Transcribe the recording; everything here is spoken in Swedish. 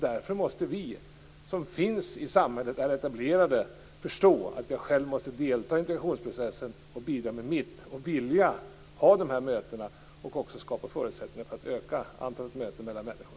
Därför måste vi som är etablerade i samhället förstå att vi själva måste delta i integrationsprocessen, bidra med vårt och vilja ha de här mötena samt skapa förutsättningar för att öka antalet möten mellan människor.